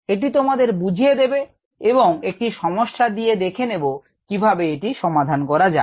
এটি তোমাদের বুঝিয়ে দেবে এবং একটি সমস্যা দিয়ে দেখে নেব কিভাবে এটি সমাধান করা যায়